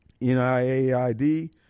NIAID